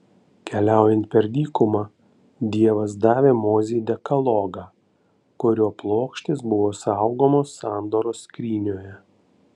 keliaujant per dykumą dievas davė mozei dekalogą kurio plokštės buvo saugomos sandoros skrynioje